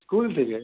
school থেকে